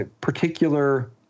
particular